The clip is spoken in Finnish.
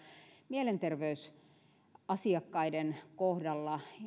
mielenterveysasiakkaiden kohdalla